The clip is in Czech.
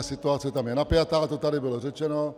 Situace je napjatá, to tady bylo řečeno.